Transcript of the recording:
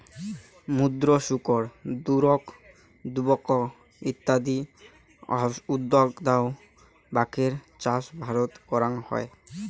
ক্ষুদ্র শুকর, দুরোক শুকর ইত্যাদি আউদাউ বাকের চাষ ভারতে করাং হই